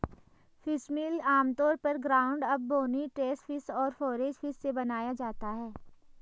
fishmeal आमतौर पर ground up, bony trash fish और फोरेज फिश से बनाया जाता है